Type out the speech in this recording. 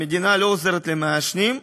המדינה לא עוזרת למעשנים,